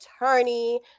attorney